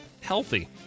healthy